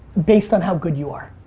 based on how good you are.